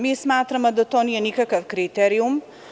Mi smatramo da to nije nikakav kriterijum.